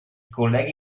colleghi